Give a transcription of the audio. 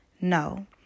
No